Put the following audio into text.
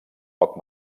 poc